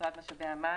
משרד משאבי המים.